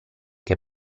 che